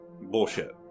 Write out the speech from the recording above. bullshit